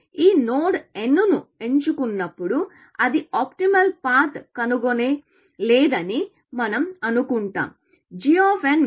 ఈ node n ను ఎంచుకున్నప్పుడు అది ఆప్టిమల్ పాత్ కనుగొనలేదని మనం అనుకుంటాం